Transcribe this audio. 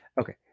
Okay